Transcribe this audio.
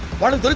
why did